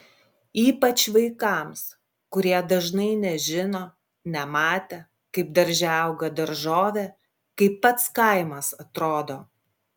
ypač vaikams kurie dažnai nežino nematę kaip darže auga daržovė kaip pats kaimas atrodo